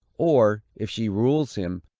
or, if she rules him,